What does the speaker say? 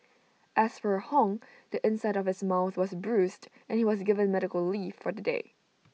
as for hung the inside of his mouth was bruised and he was given medical leave for the day